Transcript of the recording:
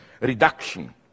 reduction